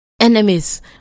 enemies